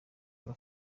rwa